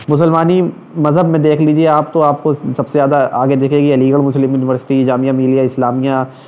مسلمان ہی مذہب میں دیکھ لیجیے آپ تو آپ کو سب سے زیادہ آگے دکھے گی Aligarh Muslim university Jamia Millia اسلامیہ